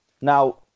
Now